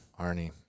Arnie